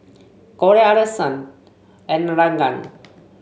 Corey Alison and Regan